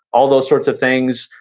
all those sorts of things,